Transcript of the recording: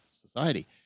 society